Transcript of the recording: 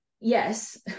yes